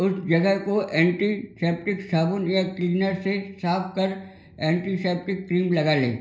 उस जगह को एंटीसेप्टिक साबुन या क्लीनर से साफ कर एंटीसेप्टिक क्रीम लगा लें